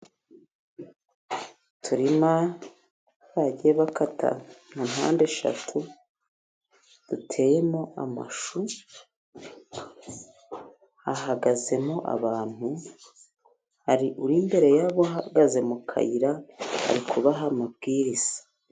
Uturima bagiye bakata mu mpande eshatu duteyemo amashu, hahagazemo abantu hari uri imbere y'abo ahagaze mu kayira arikubaha amabwiriza.